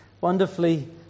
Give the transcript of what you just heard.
wonderfully